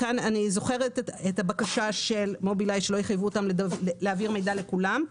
כאן אני זוכרת את הבקשה של מובילאיי שלא יחייבו אותם להעביר מידע לכולם.